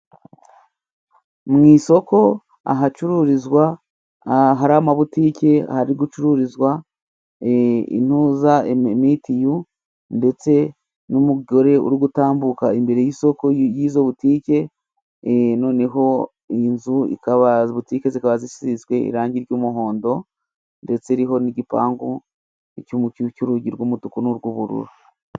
Mu isoko ahacururizwa, hari amabutiki ,hari gucururizwa intuza mitiyu, ndetse n'umugore uri gutambuka imbere y'isoko y'izo butike. Noneho inzu, butike zikaba zisizwe irangi ry'umuhondo, ndetse iriho n'igipangu c'urugi rw'umutuku n'urw'ubururu.